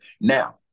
Now